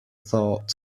thought